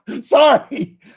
Sorry